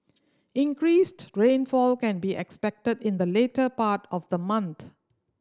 increased rainfall can be expected in the later part of the month